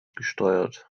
gesteuert